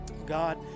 God